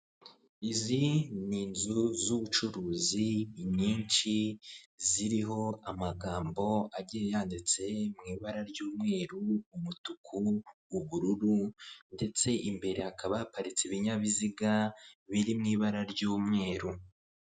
Izi ni inzu z'ubucuruzi ni nyinshi ziriho amagambo agiye yanditse mu ibara ry'umweru, umutuku, ubururu ndetse imbere hakaba hapatitse ibinyabiziga biri mu ibara ry'umweru.